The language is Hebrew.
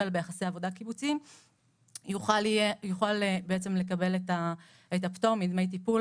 ביחסי עבודה קיבוציים יוכל לקבל את הפטור מדמי טיפול